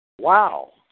Wow